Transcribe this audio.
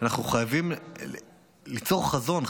אנחנו חייבים ליצור חזון,